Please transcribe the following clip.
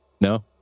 No